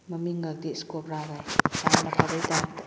ꯃꯃꯤꯡꯀꯥꯗꯤ ꯏꯁ ꯀꯣꯕ꯭ꯔꯥ ꯀꯥꯏꯅ ꯌꯥꯝꯅ ꯐꯕꯩ ꯇꯥꯏꯞꯇ